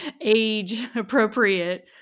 age-appropriate